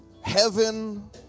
heaven